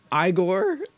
Igor